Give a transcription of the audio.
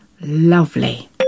lovely